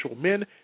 men